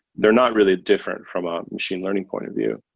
they're not really different from a machine learning point of view.